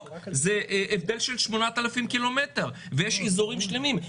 יש הבדל של 8,000 קילומטר ואזורים שלמים.